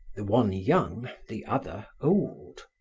the one young, the other old.